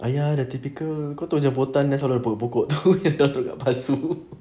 !aiya! the typical kau tahu jemputan selalu dapat pokok tu dia orang taruh kat pasu